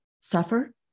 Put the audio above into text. suffer